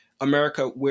America